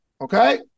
okay